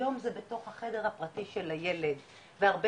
היום זה בתוך החדר הפרטי של הילד והרבה